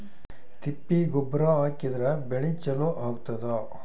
ತಿಪ್ಪಿ ಗೊಬ್ಬರ ಹಾಕಿದ್ರ ಬೆಳಿ ಚಲೋ ಆಗತದ?